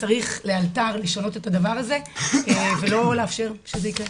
צריך לאלתר לשנות את הדבר הזה ולא לאפשר שזה יקרה.